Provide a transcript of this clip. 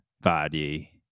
body